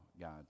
God